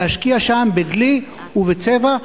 להשקיע שם בדלי ובצבע,